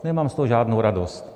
Nemám z toho žádnou radost.